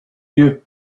you